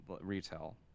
retail –